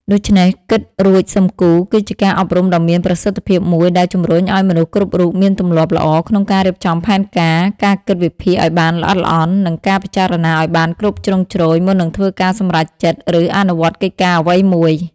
ដូច្នេះ «គិតរួចសឹមគូរ» គឺជាការអប់រំដ៏មានប្រសិទ្ធភាពមួយដែលជំរុញឱ្យមនុស្សគ្រប់រូបមានទម្លាប់ល្អក្នុងការរៀបចំផែនការ ការគិតវិភាគឱ្យបានល្អិតល្អន់ និងការពិចារណាឱ្យបានគ្រប់ជ្រុងជ្រោយមុននឹងធ្វើការសម្រេចចិត្តឬអនុវត្តកិច្ចការអ្វីមួយ។